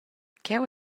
cheu